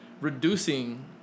reducing